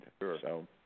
Sure